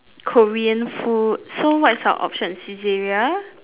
korean food so what is our option Saizeriya